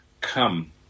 come